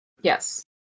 Yes